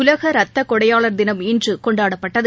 உலக ரத்தக் கொடையாளர் தினம் இன்று கொண்டாடப்பட்டது